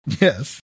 Yes